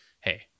hey